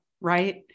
right